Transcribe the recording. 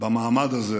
במעמד הזה